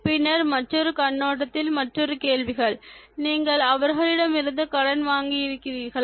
பின்னர் மற்றொரு கண்ணோட்டத்தில் மற்றொரு கேள்விகள் நீங்கள் மற்றவர்களிடமிருந்து கடன் வாங்கியிருக்கிறீர்களா